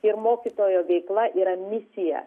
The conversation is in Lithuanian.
ir mokytojo veikla yra misija